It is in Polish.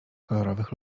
kolorowych